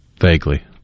Vaguely